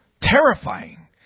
Terrifying